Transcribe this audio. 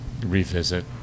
revisit